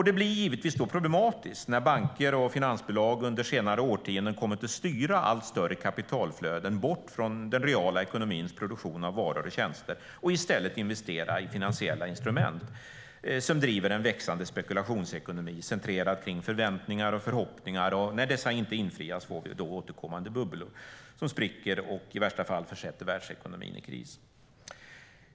Det blir givetvis problematiskt när banker och finansbolag under senare årtionden kommit att styra allt större kapitalflöden bort från den reala ekonomins produktion av varor och tjänster och i stället investerat i finansiella instrument som driver en växande spekulationsekonomi centrerad på förväntningar och förhoppningar. När dessa inte infrias får vi återkommande bubblor som spricker och i värsta fall försätter världsekonomin i kris.